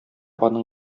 аның